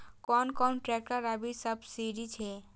कोन कोन ट्रेक्टर अभी सब्सीडी छै?